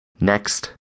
Next